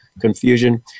confusion